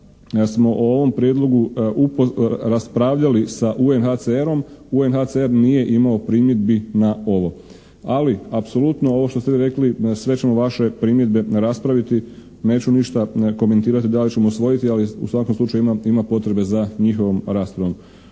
smo o ovom Prijedlogu raspravljali sa UNHCR-om, UNHCR nije imao primjedbi na ovo, ali apsolutno ovo što ste vi rekli sve ćemo vaše primjedbe raspraviti, neću ništa komentirati da li ćemo usvojiti, ali u svakom slučaju ima potrebe za njihovom raspravom.